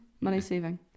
money-saving